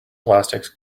plastics